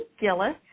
Gillis